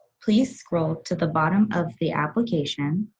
please scroll to the bottom of the application.